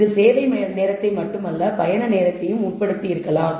இது சேவை நேரத்தை மட்டுமல்ல பயண நேரத்தையும் உட்படுத்தி இருக்கலாம்